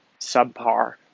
subpar